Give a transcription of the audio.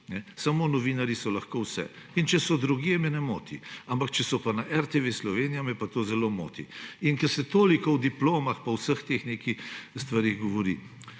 samo novinarji so lahko vse. Če so drugje, me ne moti, ampak če so pa na RTV Slovenija, me pa to zelo moti, ker se toliko o diplomah pa o vseh teh stvari govori.